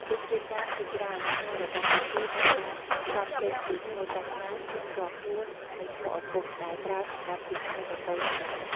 ជនជាតិចាមជាច្រើនឈ្មោះរបស់ពួកគេត្រូវបានផ្សំចេញពី ឈ្មោះសាសនា ឈ្មោះផ្ទាល់ខ្លួន និងឈ្មោះឪពុកដែលប្រើសម្រាប់ជាឈ្មោះត្រកូលជាដើម។